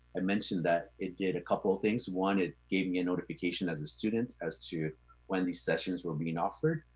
i mentioned that it did a couple of things. one, it gave me a notification as a student as to when these sessions were being offered.